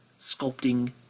sculpting